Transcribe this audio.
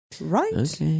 right